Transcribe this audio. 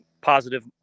positive